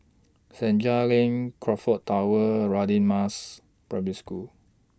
Senja LINK Crockfords Tower Radin Mas Primary School